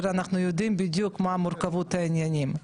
אנחנו יודעים בדיוק מה מורכבות העניינים.